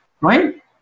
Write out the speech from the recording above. right